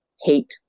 hate